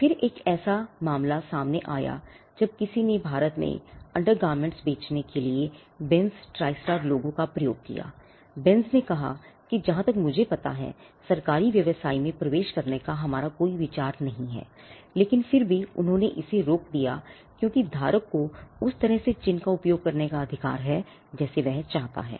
फिर एक ऐसा मामला सामने आया जब किसी ने भारत में अंडरगारमेंट्स ने कहा कि जहां तक मुझे पता है सरकारी व्यवसाय में प्रवेश करने का हमारा कोई विचार नहीं है लेकिन फिर भी उन्होंने इसे रोक दिया क्योंकि धारक को उस तरह से चिह्न का उपयोग करने का अधिकार है जैसे वह चाहता है